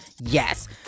yes